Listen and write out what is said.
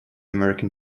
american